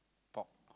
pork